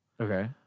Okay